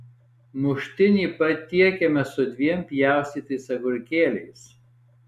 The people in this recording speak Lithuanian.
muštinį patiekiame su dviem pjaustytais agurkėliais